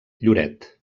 lloret